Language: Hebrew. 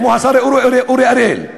כמו השר אורי אריאל: